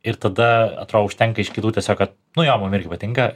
ir tada atrodo užtenka iš kitų tiesiog kad nu jo mum irgi patinka